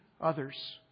others